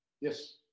Yes